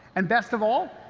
and, best of all,